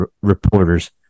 reporters